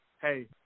hey